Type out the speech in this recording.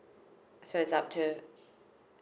so its up to